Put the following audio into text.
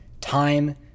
time